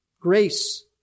grace